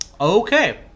Okay